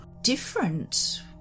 Different